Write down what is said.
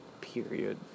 period